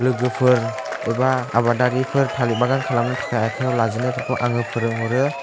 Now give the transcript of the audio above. लोगोफोर एबा आबादारिफोर थालिर बागान खालामनो थाखाय आखाइआव लाजेननायफोरखौ आङो फोरों हरो